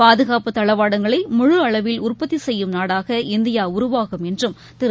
பாதுகாப்பு தளவாடங்களை முழு அளவில் உற்பத்திசெய்யும் நாடாக இந்தியாஉருவாகும் என்றும் திரு